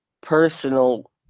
personal